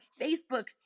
Facebook